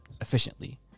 efficiently